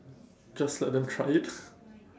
just let them try it